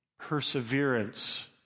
perseverance